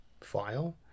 file